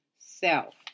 self